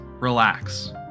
relax